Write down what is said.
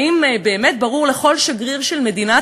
האם זה באמת ברור לכל שגריר של מדינת